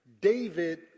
David